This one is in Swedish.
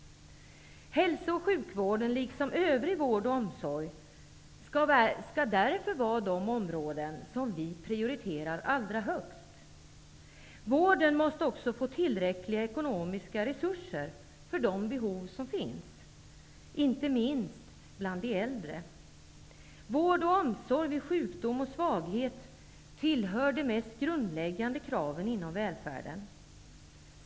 Hälso och sjukvården liksom övrig vård och omsorg skall därför vara de områden som vi prioriterar allra högst. Vården måste också få tillräckliga ekonomiska resurser för de behov som finns, inte minst bland de äldre. Vård och omsorg vid sjukdom och svaghet tillhör de mest grundläggande kraven inom välfärden.